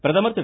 பிரதமர் திரு